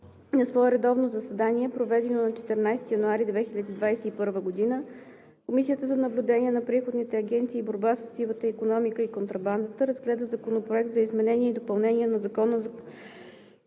На свое редовно заседание, проведено на 14 януари 2021 г., Комисията за наблюдение на приходните агенции и борба със сивата икономика и контрабандата разгледа Законопроект за изменение и допълнение на Закона